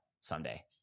someday